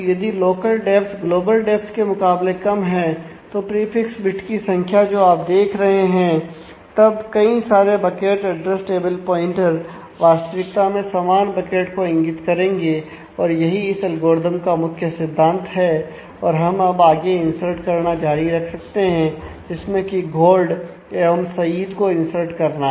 यह ग्लोबल को इंसर्ट करना है